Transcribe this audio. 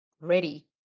ready